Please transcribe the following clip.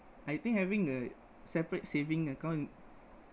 I think having a separate saving account